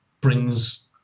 brings